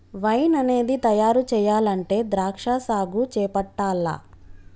wine అనేది తయారు చెయ్యాలంటే ద్రాక్షా సాగు చేపట్టాల్ల